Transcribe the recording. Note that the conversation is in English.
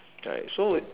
right so it